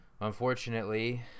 unfortunately